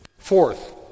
Fourth